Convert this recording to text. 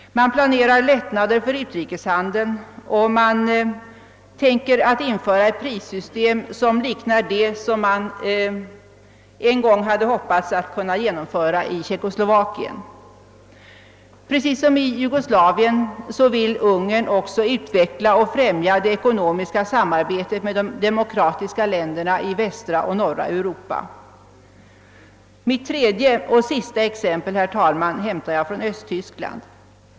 Man planerar lättnader för utrikeshandeln och tänker införa ett prissystem som liknar det som tjeckerna en gång hoppades kunna genomföra i sitt land. Precis som i Jugoslavien vill man i Ungern även utveckla och främja det ekonomiska samarbetet med de demokratiska länderna i västra och norra Europa. Mitt tredje och sista exempel hämtar jag, herr talman, från Östtyskland.